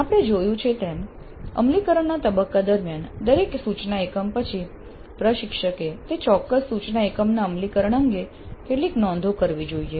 આપણે જોયું છે તેમ અમલીકરણના તબક્કા દરમિયાન દરેક સૂચના એકમ પછી પ્રશિક્ષકે તે ચોક્કસ સૂચના એકમના અમલીકરણ અંગે કેટલીક નોંધો કરવી જોઈએ